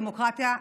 דמוקרטיה,